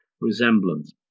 resemblance